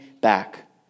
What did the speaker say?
back